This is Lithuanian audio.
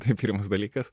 tai pirmas dalykas